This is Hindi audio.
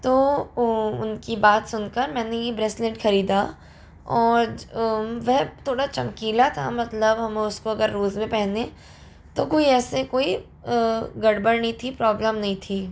तो उनकी बात सुनकर मैंने ये ब्रेसलेट खरीदा और वह थोड़ा चमकीला था मतलब हम उसको अगर रोज में पहने तो कोई ऐसे कोई गड़बड़ नहीं थी प्रॉब्लम नहीं थी